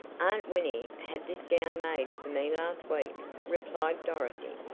aunt winnie had this gown made for me last week, replied dorothy,